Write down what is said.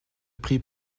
prit